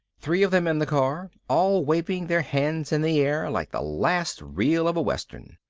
three of them in the car, all waving their hands in the air like the last reel of a western.